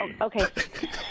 Okay